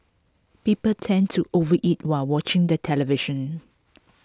people tend to overeat while watching the television